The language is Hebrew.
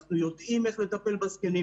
אנחנו יודעים איך לטפל בזקנים.